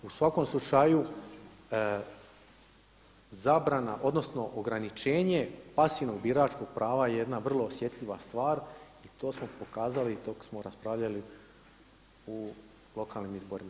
U svakom slučaju zabrana odnosno ograničenje pasivnog biračkog prava je jedna vrlo osjetljiva stvar i to smo pokazali i to smo raspravljali u lokalnim izborima.